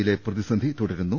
യിലെ പ്രതിസന്ധി തുടരുന്നു